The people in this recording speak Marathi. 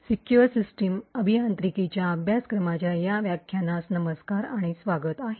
सिक्युअर सिस्टम अभियांत्रिकीच्या अभ्यासक्रमाच्या या व्याख्यानमास नमस्कार आणि स्वागत आहे